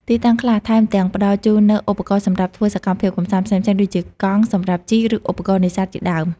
ទីតាំងខ្លះថែមទាំងផ្តល់ជូននូវឧបករណ៍សម្រាប់ធ្វើសកម្មភាពកម្សាន្តផ្សេងៗ ដូចជាកង់សម្រាប់ជិះ ឬឧបករណ៍នេសាទជាដើម។